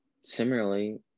Similarly –